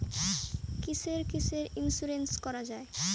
কিসের কিসের ইন্সুরেন্স করা যায়?